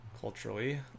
Culturally